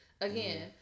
again